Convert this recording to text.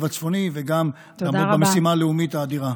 הצפוני וגם לעמוד במשימה הלאומית האדירה.